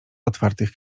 otwartych